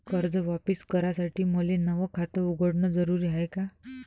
कर्ज वापिस करासाठी मले नव खात उघडन जरुरी हाय का?